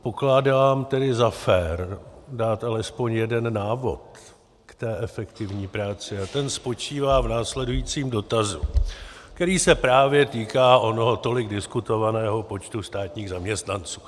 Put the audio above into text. Pokládám tedy za fér dát alespoň jeden návod k té efektivní práci a ten spočívá v následujícím dotazu, který se právě týká onoho tolik diskutovaného počtu státních zaměstnanců.